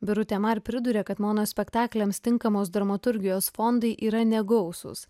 birutė man priduria kad mono spektakliams tinkamos dramaturgijos fondai yra negausūs